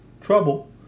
trouble